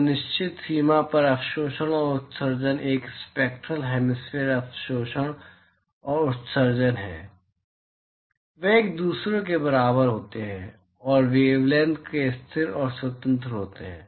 तो निश्चित सीमा पर अवशोषण और उत्सर्जन एक स्पैक्टरल हेमिस्फेरिकल अवशोषण और उत्सर्जन है जो वे एक दूसरे के बराबर होते हैं और वेवलैंथ से स्थिर और स्वतंत्र होते हैं